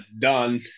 done